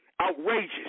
Outrageous